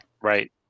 Right